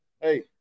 hey